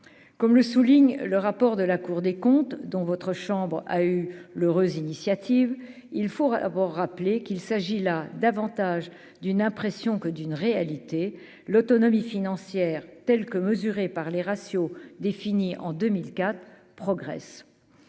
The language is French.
comme le souligne le rapport de la Cour des comptes, dont votre chambre a eu l'heureuse initiative, il faut d'abord rappeler qu'il s'agit là d'une impression que d'une réalité l'autonomie financière telle que mesurée par les ratios définis en 2004 progressent,